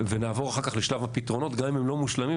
ונעבור אחר כך לשלב הפתרונות גם אם הם לא מושלמים,